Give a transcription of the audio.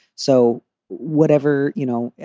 so whatever, you know,